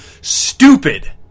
stupid